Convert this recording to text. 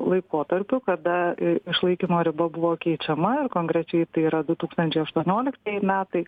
laikotarpių kada išlaikymo riba buvo keičiama ir konkrečiai tai yra du tūkstančiai aštuonioliktieji metai